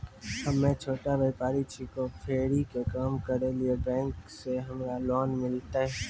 हम्मे छोटा व्यपारी छिकौं, फेरी के काम करे छियै, बैंक से हमरा लोन मिलतै?